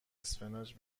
اسفناج